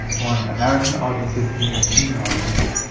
want american audiences and european audiences.